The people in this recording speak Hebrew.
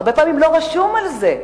הרבה פעמים לא רשום על זה.